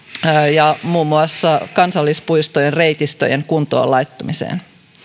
ja muun muassa kansallispuistojen reitistöjen kuntoon laittamiseen